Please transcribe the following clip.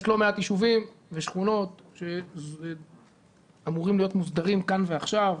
יש לא מעט ישובים ושכונות שאמורים להיות מוסדרים כאן ועכשיו.